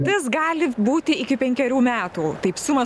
tas gali būti iki penkerių metų taip suma